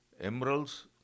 emeralds